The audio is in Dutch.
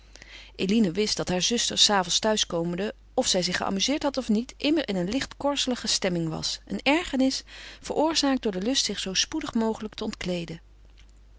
eline wist dat haar zuster s avonds thuiskomende of zij zich geamuzeerd had of niet immer in een licht korzelige stemming was een ergernis veroorzaakt door den lust zich zoo spoedig mogelijk te ontkleeden